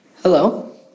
Hello